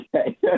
Okay